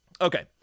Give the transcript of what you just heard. Okay